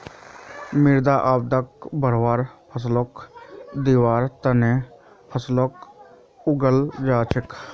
मृदा अपरदनक बढ़वार फ़सलक दिबार त न फसलक उगाल जा छेक